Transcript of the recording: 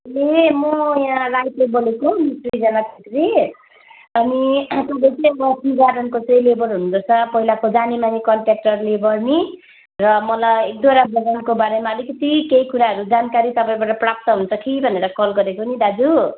ए म यहाँ राइटर बोलेको सृजना छेत्री अनि चाहिँ म टी गार्डेनको चाहिँ लेबर हुनु हुँदो रहेछ अहिलाको जानेमाने कन्ट्याक्टर लेबर नि र मलाई एकदुईवटा बगानको बारेमा अलिकति केही कुराहरू जानकारी तपाईँबाट प्राप्त हुन्छ कि भनेर कल गरेको नि दाजु